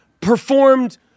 performed